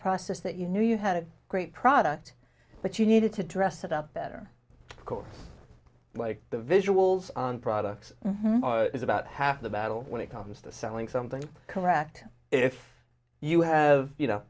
process that you knew you had a great product but you needed to dress it up better because like the visuals on products is about half the battle when it comes to selling something correct if you have you know